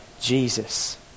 Jesus